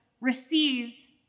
receives